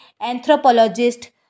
anthropologist